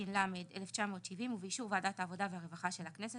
התש"ל 1970 ובאישור ועדת העבודה והרווחה של הכנסת,